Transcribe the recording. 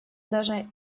даже